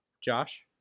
Josh